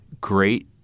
great